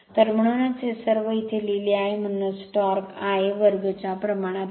तर म्हणूनच हे सर्व येथे लिहिले आहे म्हणूनच टॉर्क Ia2 च्या प्रमाणात आहे